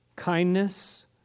Kindness